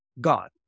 God